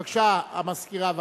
בבקשה, המזכירה.